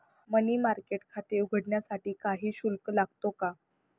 मनी market खाते उघडण्यासाठी काही शुल्क लागतो का?